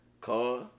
car